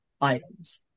items